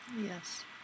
yes